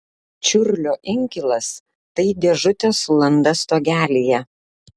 čiurlio inkilas tai dėžutė su landa stogelyje